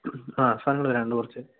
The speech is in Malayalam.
ആ സാധനങ്ങള് വരാനുണ്ട് കുറച്ച്